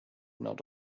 not